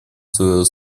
свое